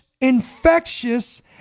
infectious